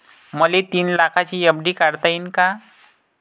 मले तीन लाखाची एफ.डी काढता येईन का?